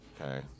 okay